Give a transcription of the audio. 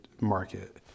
market